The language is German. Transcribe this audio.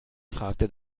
fragte